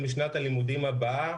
החל משנת הלימודים הבאה